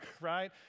right